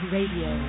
Radio